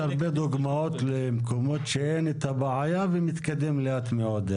יש הרבה דוגמאות למקומות שאין את הבעיה ומתקדם לאט מאוד.